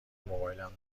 موبایلم